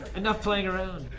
enough playing around.